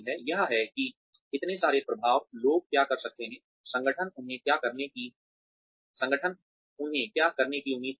यह है कि इतने सारे प्रभाव लोग क्या कर सकते हैं संगठन उन्हें क्या करने की उम्मीद करता है